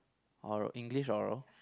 or English or